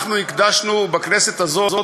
אנחנו הקדשנו בכנסת הזאת